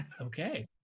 okay